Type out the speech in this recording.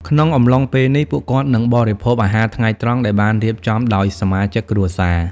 ក្នុងអំឡុងពេលនេះ ពួកគាត់នឹងបរិភោគអាហារថ្ងៃត្រង់ដែលបានរៀបចំដោយសមាជិកគ្រួសារ។